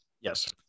Yes